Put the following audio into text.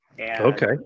Okay